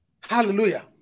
Hallelujah